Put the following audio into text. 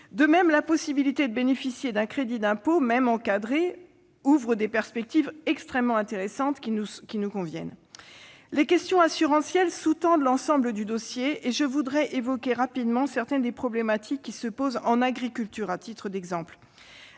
De même, la possibilité de bénéficier d'un crédit d'impôt, même encadré, ouvre des perspectives extrêmement intéressantes, qui nous conviennent. Les questions assurantielles sous-tendent l'ensemble du dossier, et je voudrais brièvement évoquer certaines des problématiques qui se posent notamment pour l'agriculture.